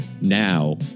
Now